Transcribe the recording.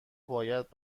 باید